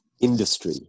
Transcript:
industry